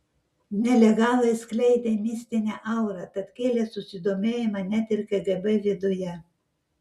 nelegalai skleidė mistinę aurą tad kėlė susidomėjimą net ir kgb viduje